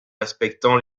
respectant